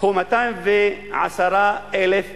הוא 210,000 דונם,